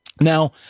Now